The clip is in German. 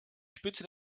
spitze